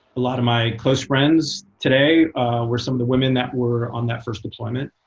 a lot of my close friends today were some of the women that were on that first deployment.